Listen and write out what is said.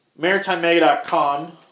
Maritimemega.com